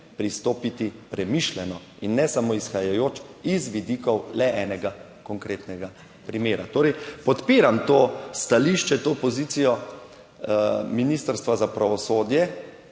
pristopiti premišljeno in ne samo izhajajoč iz vidikov le enega konkretnega primera." Torej, podpiram to stališče, to pozicijo Ministrstva za pravosodje.